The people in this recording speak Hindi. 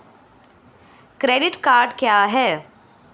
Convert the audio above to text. क्रेडिट कार्ड क्या है?